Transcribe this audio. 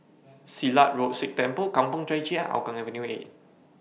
Silat Road Sikh Temple Kampong Chai Chee and Hougang Avenue B